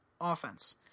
offense